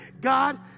God